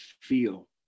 feel